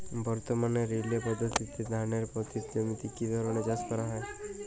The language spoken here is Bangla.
বর্তমানে রিলে পদ্ধতিতে ধানের পতিত জমিতে কী ধরনের চাষ করা হয়?